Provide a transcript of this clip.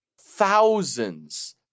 thousands